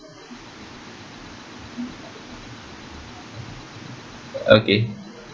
okay